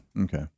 Okay